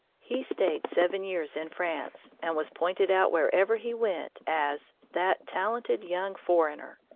he stayed seven years in france and was pointed out wherever he went as that talented young foreigner.